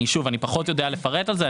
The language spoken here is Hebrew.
אני פחות יודע לפרט על זה.